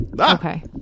Okay